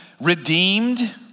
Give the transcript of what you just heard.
redeemed